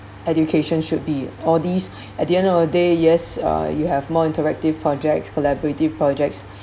education should be all these at the end of the day yes uh you have more interactive projects collaborative projects